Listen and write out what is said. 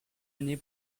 année